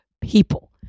people